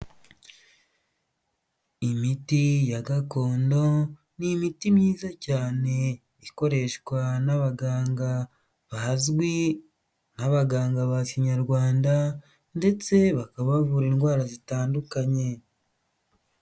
Imiti ya gakondo ni imiti myiza cyane ikoreshwa n'abaganga bazwi nk'abaganga ba kinyarwanda ndetse bakaba bavura indwara zitandukanye.